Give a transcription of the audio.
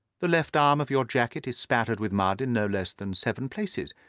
the left arm of your jacket is spattered with mud in no less than seven places.